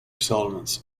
settlements